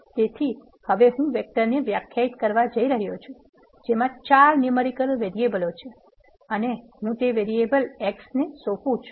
તેથી હવે હું વેક્ટરને વ્યાખ્યાયિત કરવા જઈશ જેમાં ચાર ન્યુમેરીકલ વેરીએબલો છે અને હું તેને વેરીએબલ X ને સોંપું છું